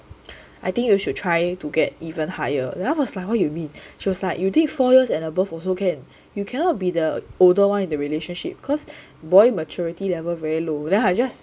I think you should try to get even higher then I was like what you mean she was like you date four years and above also can you cannot be the older one in the relationship because boy maturity level very low then I just